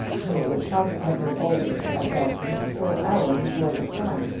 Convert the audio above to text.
he was consequently always at belton a full hour before the time,